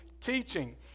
teaching